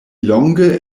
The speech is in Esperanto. longe